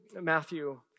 Matthew